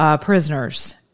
prisoners